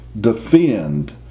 defend